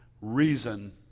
reason